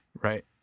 Right